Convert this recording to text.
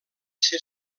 ser